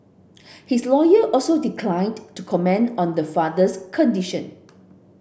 his lawyer also declined to comment on the father's condition